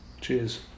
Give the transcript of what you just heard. Cheers